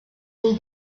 all